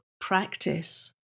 practice